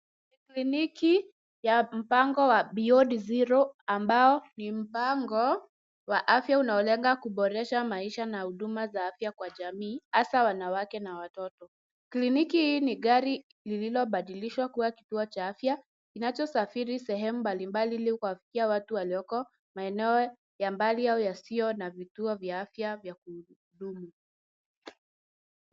Kwenye kliniki ya mpango wa Beyond Zero ambao ni mpango wa afya unaolenga kuboresha maisha na huduma za afya kwa jamii, hasa wanawake na watoto. Kliniki hii ni gari lililobadilishwa kuwa kituo cha afya kinachosafiri sehemu mbalimbali ili kuwafikia watu walioko maeneo ya mbali au yasiyo na vituo vya afya vya kudumu.